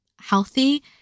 healthy